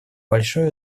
большое